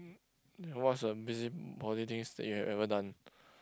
ya what's a busybody things that you have ever done